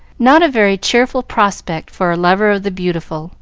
not a very cheering prospect for a lover of the beautiful,